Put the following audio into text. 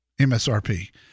MSRP